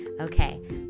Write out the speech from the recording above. Okay